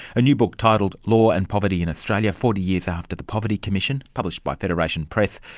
a new book titled law and poverty in australia forty years after the poverty commission, published by federation press,